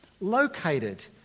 located